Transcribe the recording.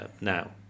now